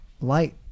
light